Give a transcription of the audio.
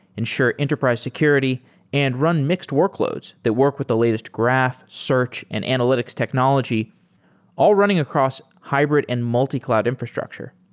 ensure enterprise security and run mixed workloads that work with the latest graph, search and analytics technology all running across hybrid and multi-cloud infrastructure.